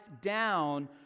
down